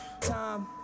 time